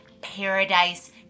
paradise